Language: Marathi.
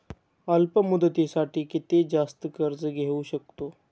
अल्प मुदतीसाठी किती जास्त कर्ज घेऊ शकतो?